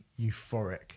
euphoric